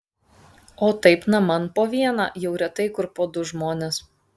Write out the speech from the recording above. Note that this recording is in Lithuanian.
o taip naman po vieną jau retai kur po du žmones